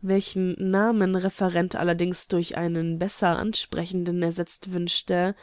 welchen namen referent allerdings durch einen besser ansprechenden ersetzt wünschte